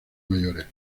mayores